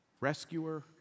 rescuer